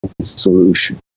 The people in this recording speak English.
solution